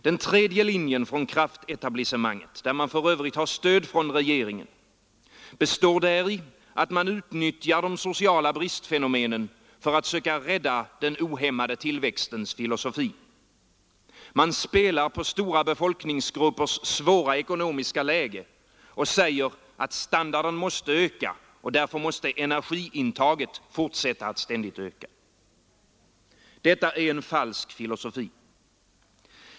Den tredje linjen från kraftetablissemanget, där man för övrigt har stöd från regeringen, består däri att man utnyttjar de sociala bristfenomenen för att söka rädda den ohämmade tillväxtens filosofi. Man spelar på stora befolkningsgruppers svåra ekonomiska läge och säger att standarden måste öka, och därför måste energiintaget fortsätta att ständigt öka. Detta är en falsk filosofi.